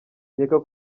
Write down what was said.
nkeka